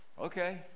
okay